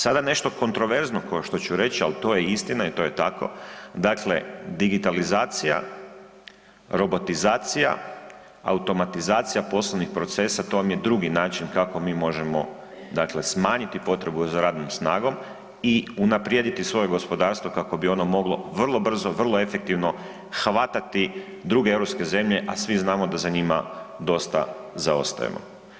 Sada nešto kontroverzno ko što ću reći, ali to je istina i to je tako, dakle digitalizacija, robotizacija, automatizacija poslovnih procesa, to vam je drugi način kako mi možemo dakle smanjiti potrebu za radnom snagom i unaprijediti svoje gospodarstvo kako bi ono moglo vrlo brzo, vrlo efektivno hvatati druge europske zemlje, a svi znamo da za njima dosta zaostajemo.